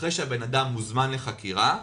אחרי שהאדם מוזמן לחקירה,